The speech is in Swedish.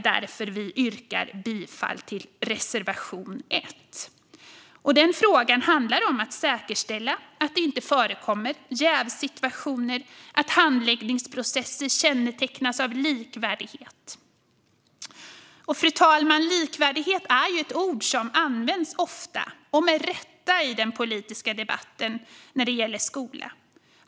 Därför yrkar jag bifall till reservation 1. Denna fråga handlar om att säkerställa att det inte förekommer jävssituationer och att handläggningsprocesser kännetecknas av likvärdighet. Fru talman! Likvärdighet är ett ord som används ofta och med rätta i den politiska debatten om skolan.